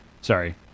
Sorry